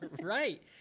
right